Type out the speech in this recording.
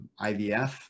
IVF